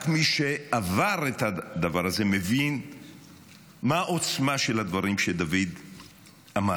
רק מי שעבר את הדבר הזה מבין מה העוצמה של הדברים שדוד אמר.